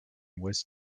was